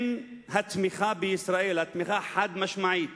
התמיכה החד-משמעית